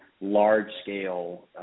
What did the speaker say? large-scale